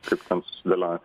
kaip ten susidėlioja